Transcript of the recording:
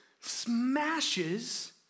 smashes